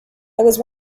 was